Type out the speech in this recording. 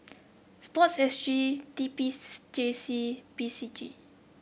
sport S G T P J C P C G